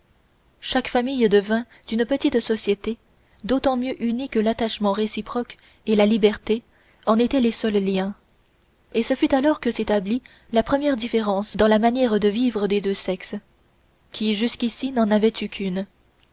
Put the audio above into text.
chaque famille devint une petite société d'autant mieux unie que l'attachement réciproque et la liberté en étaient les seuls liens et ce fut alors que s'établit la première différence dans la manière de vivre des deux sexes qui jusqu'ici n'en avaient eu qu'une